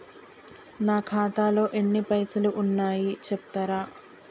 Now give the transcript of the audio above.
నా ఖాతాలో ఎన్ని పైసలు ఉన్నాయి చెప్తరా?